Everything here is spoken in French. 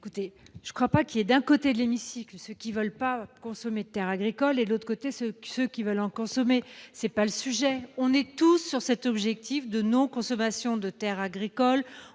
Écoutez, je ne crois pas qu'il y ait, d'un côté de l'hémicycle, ceux qui ne veulent pas consommer de terres agricoles et, de l'autre, ceux qui veulent en consommer ; ce n'est pas le sujet. Nous avons tous cet objectif de non-consommation des terres agricoles,